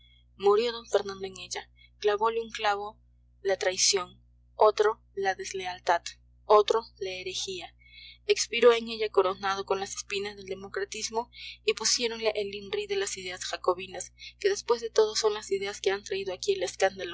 d fernando en ella clavole un clavo la traición otro la deslealtad otro la herejía expiró en ella coronado con las espinas del democratismo y pusiéronle el inri de las ideas jacobinas que después de todo son las ideas que han traído aquí el escándalo